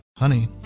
Honey